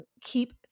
keep